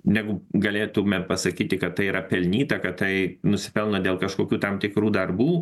negu galėtume pasakyti kad tai yra pelnyta kad tai nusipelno dėl kažkokių tam tikrų darbų